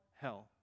hell